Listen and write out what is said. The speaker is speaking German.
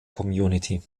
community